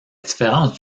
différence